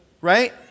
right